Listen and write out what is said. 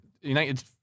United